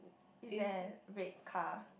is there a red car